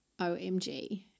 OMG